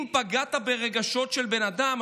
אם פגעת ברגשות של בן אדם,